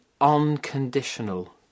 unconditional